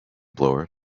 blower